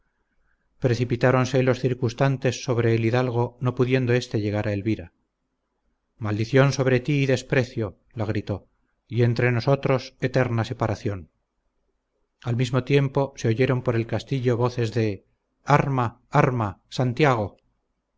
alaridos precipitáronse los circunstantes sobre el hidalgo no pudiendo éste llegar a elvira maldición sobre ti y desprecio la gritó y entre nosotros eterna separación al mismo tiempo se oyeron por el castillo voces de arma arma santiago